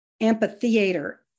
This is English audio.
amphitheater